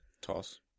Toss